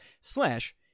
slash